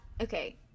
Okay